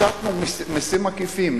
השתנו מסים עקיפים.